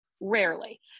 Rarely